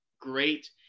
great